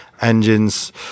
engines